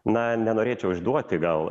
na nenorėčiau išduoti gal